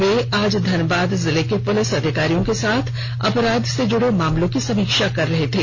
श्री राव आज घनबाद जिले के पुलिस अधिकारियों के साथ अपराध से जुड़े मामलों की समीक्षा कर रहे थे